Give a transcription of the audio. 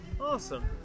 Awesome